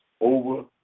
Over